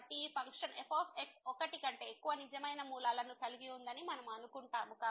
కాబట్టి ఈ function f ఒకటి కంటే ఎక్కువ నిజమైన మూలాలను కలిగి ఉందని మనము అనుకుంటాము